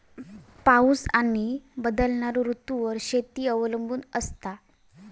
पाऊस आणि बदलणारो ऋतूंवर शेती अवलंबून असता